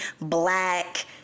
black